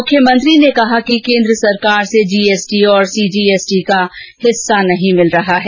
मुख्यमंत्री ने कहा कि केंद्र सरकार से जीएसटी और सीजीएसटी का हिस्सा नहीं मिल रहा है